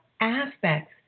aspects